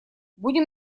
будем